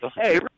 Hey